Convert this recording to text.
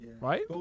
Right